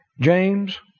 James